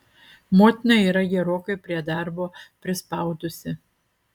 motina yra gerokai prie darbo prispaudusi